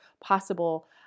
possible